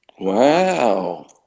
Wow